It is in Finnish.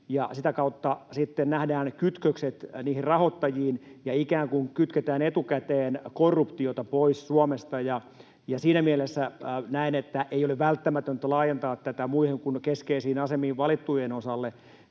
sitä kautta sitten nähdään kytkökset niihin rahoittajiin ja ikään kuin kytketään etukäteen korruptiota pois Suomesta. Siinä mielessä näen, että ei ole välttämätöntä laajentaa tätä muiden kuin keskeisiin asemiin valittujen osalle,